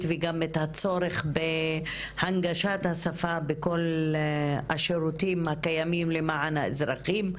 וגם את הצורך בהנגשת השפה בכל השירותים הקיימים למען האזרחים.